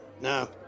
No